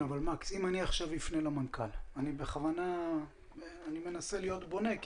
אם אני עכשיו אפנה למנכ"ל אני מנסה להיות בונה כי